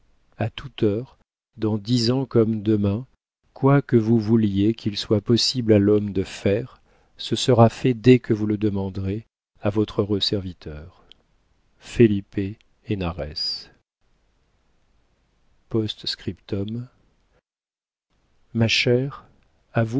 à toute heure dans dix ans comme demain quoi que vous vouliez qu'il soit possible à l'homme de faire ce sera fait dès que vous le demanderez à votre heureux serviteur felipe hénarès p s ma chère